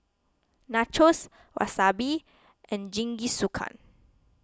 Nachos Wasabi and Jingisukan